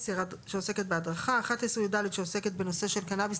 10 (הדרכה), 11(יד)(קנאביס),